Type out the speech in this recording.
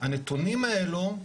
הנתונים האלו,